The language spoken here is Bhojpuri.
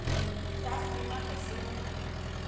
स्वास्थ्य बीमा कईसे होला?